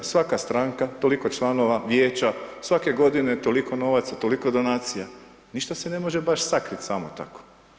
Svaka stranka, toliko članova, vijeća, svake godine toliko novaca, toliko donacija, ništa se ne može baš sakrit samo tako.